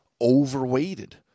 Overweighted